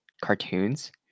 cartoons